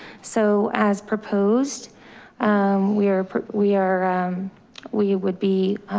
so as proposed we are we are we would be,